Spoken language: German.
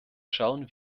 schauen